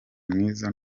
mwiza